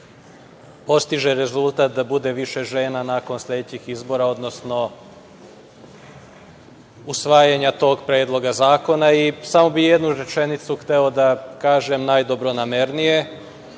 postiže rezultat da bude više žena nakon sledećih izbora, odnosno usvajanja tog Predloga zakona. Samo bih jednu rečenicu hteo da kažem najdobronamernije.